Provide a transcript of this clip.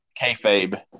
kayfabe